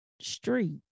Street